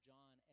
John